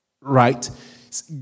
Right